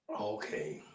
okay